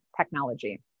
technology